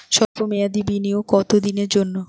সল্প মেয়াদি বিনিয়োগ কত দিনের জন্য?